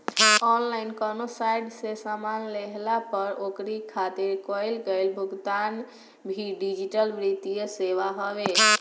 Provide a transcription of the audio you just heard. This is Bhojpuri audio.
ऑनलाइन कवनो साइट से सामान लेहला पअ ओकरी खातिर कईल गईल भुगतान भी डिजिटल वित्तीय सेवा हवे